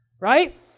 right